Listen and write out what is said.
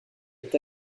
est